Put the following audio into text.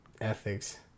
ethics